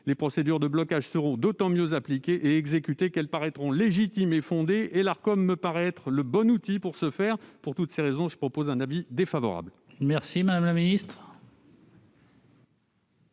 Les procédures de blocage seront d'autant mieux appliquées et exécutées qu'elles paraîtront légitimes et fondées. L'Arcom me paraît être le bon outil à cet égard. Pour toutes ces raisons, je donne un avis défavorable sur cet amendement.